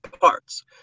parts